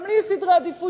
גם לי יש סדרי עדיפויות,